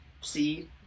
see